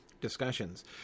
discussions